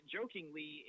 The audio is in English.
Jokingly